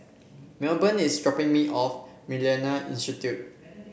Melbourne is dropping me off MillenniA Institute